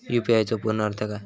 UPI चो पूर्ण अर्थ काय?